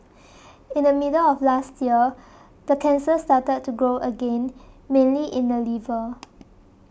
in the middle of last year the cancer started to grow again mainly in the liver